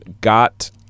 got